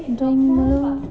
drawing मतलब